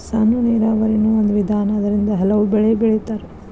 ಸಣ್ಣ ನೇರಾವರಿನು ಒಂದ ವಿಧಾನಾ ಅದರಿಂದ ಹಲವು ಬೆಳಿ ಬೆಳಿತಾರ